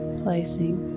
placing